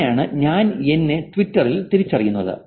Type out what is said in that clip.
അങ്ങനെയാണ് ഞാൻ എന്നെ ട്വിറ്ററിൽ തിരിച്ചറിയുന്നത്